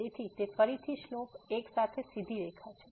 તેથી તે ફરીથી સ્લોપ 1 સાથે સીધી રેખા છે